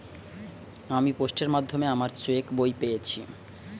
আমি পোস্টের মাধ্যমে আমার চেক বই পেয়েছি